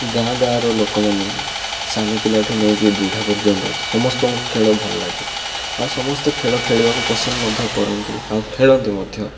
ଗାଁ ଗାଁର ଲୋକମାନେ ସାନ ପିଲା ଠାରୁ ନେଇକି ବୁଢ଼ା ପର୍ଯ୍ୟନ୍ତ ସମସ୍ତଙ୍କୁ ଖେଳ ଭଲଲାଗେ ଆଉ ସମସ୍ତେ ଖେଳ ଖେଳିବାକୁ ପସନ୍ଦ ମଧ୍ୟ କରନ୍ତି ଆଉ ଖେଳନ୍ତି ମଧ୍ୟ